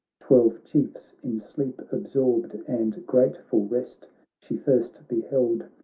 twelve chiefs in sleep absorbed and grateful rest she first beheld,